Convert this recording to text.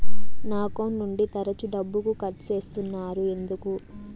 నా అకౌంట్ నుండి తరచు డబ్బుకు కట్ సేస్తున్నారు ఎందుకు